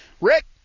Rick